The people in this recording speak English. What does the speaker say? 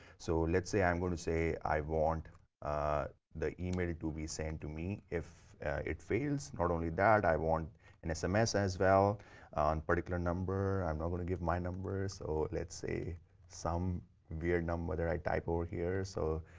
so, let's say i'm going to say i want the email to be saying to me if it fails. not only that, i want and an sms as well on particular number. i'm not going to give my number so let's say some vietnam whether i type over here. so,